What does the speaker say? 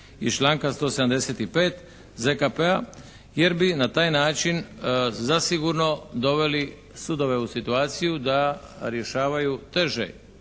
iz članka 175. ZKP-a, jer bi na taj način zasigurno doveli sudove u situaciju da rješavaju teže